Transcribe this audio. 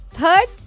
Third